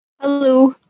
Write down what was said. Hello